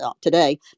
today